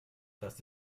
das